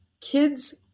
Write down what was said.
Kids